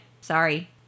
Sorry